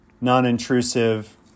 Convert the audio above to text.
non-intrusive